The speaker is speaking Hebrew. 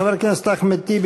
חבר הכנסת אחמד טיבי,